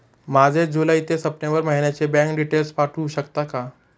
माझे जुलै ते सप्टेंबर महिन्याचे बँक डिटेल्स पाठवू शकता का?